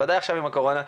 בוודאי עכשיו עם הקורונה,